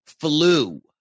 flew